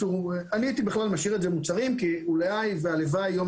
אני הייתי בכלל משאיר את זה "מוצרים" כי אולי והלוואי יום